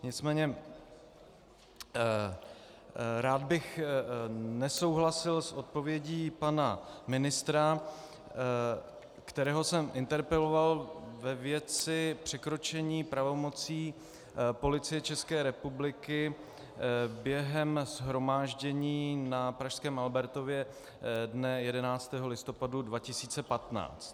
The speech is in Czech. Nicméně rád bych nesouhlasil s odpovědí pana ministra, kterého jsem interpeloval ve věci překročení pravomocí Policie České republiky během shromáždění na pražském Albertově dne 11. listopadu 2015.